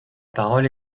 parole